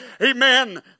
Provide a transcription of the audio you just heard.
amen